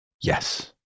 Yes